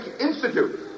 Institute